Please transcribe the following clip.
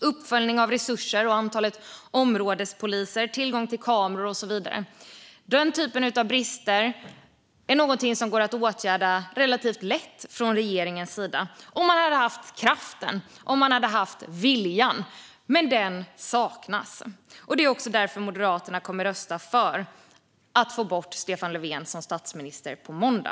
uppföljning av resurser, antalet områdespoliser, tillgång till kameror och så vidare. Den typen av brister hade regeringen kunnat åtgärda relativt lätt om man hade haft kraften och viljan, men detta saknas. Det är också därför Moderaterna kommer att rösta för att få bort Stefan Löfven som statsminister på måndag.